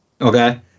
Okay